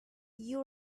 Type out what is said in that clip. you